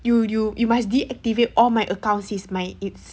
you you you must deactivate all my account sis my it's